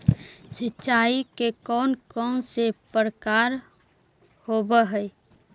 सिंचाई के कौन कौन से प्रकार होब्है?